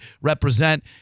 Represent